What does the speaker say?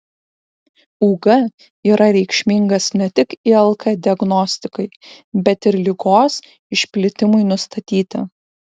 ug yra reikšmingas ne tik ilk diagnostikai bet ir ligos išplitimui nustatyti